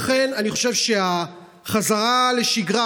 לכן אני חושב שהחזרה לשגרה,